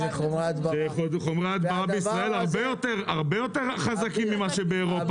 חומרי ההדברה בישראל הרבה יותר חזקים ממה שבאירופה.